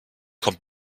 kommt